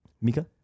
Mika